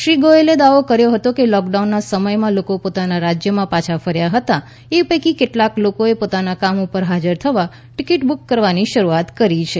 શ્રી ગોયલે દાવો કર્યો હતો કે લોકડાઉનના સમયમાં લોકો પોતાના રાજ્યમાં પાછા ફર્યા હતા એ પૈકી કેટલાક લોકોએ પોતાના કામ ઉપર હાજર થવા ટિકીટ બુક કરવાની શરૂઆત કરી છે